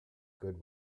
good